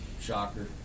shocker